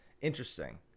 interesting